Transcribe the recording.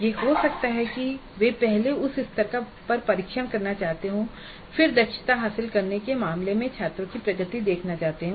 यह हो सकता है कि वे पहले उस स्तर पर परीक्षण करना चाहते हैं फिर दक्षता हासिल करने के मामले में छात्रों की प्रगति देखना चाहते हैं